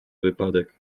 wypadek